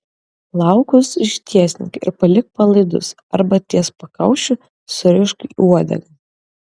plaukus ištiesink ir palik palaidus arba ties pakaušiu surišk į uodegą